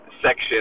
section